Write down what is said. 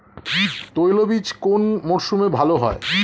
তৈলবীজ কোন মরশুমে ভাল হয়?